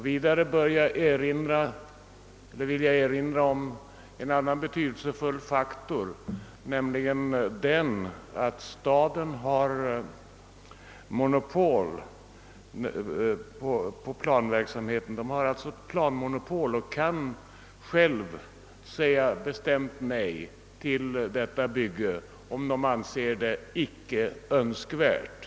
Vidare vill jag påpeka en annan betydelsefull faktor, nämligen att staden har monopol på planverksamheten och alltså kan säga bestämt nej till detta bygge om den anser att det icke är önskvärt.